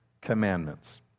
commandments